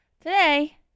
Today